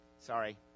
Sorry